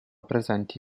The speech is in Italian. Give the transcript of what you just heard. presenti